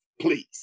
Please